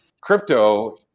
crypto